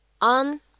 on